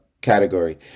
category